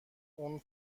اون